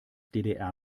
ddr